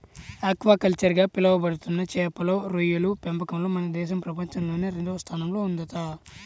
aquaculture గా పిలవబడుతున్న చేపలు, రొయ్యల పెంపకంలో మన దేశం ప్రపంచంలోనే రెండవ స్థానంలో ఉందంట